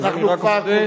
אז אני רק אודה.